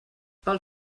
pel